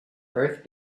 earth